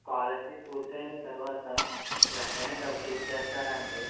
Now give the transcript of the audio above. scholarship పూర్తయిన తర్వాత వెంటనే డబ్బులు ఇచ్చేస్తారా అండి